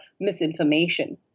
misinformation